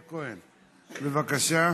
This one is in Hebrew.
בבקשה.